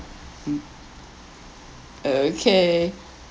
mm okay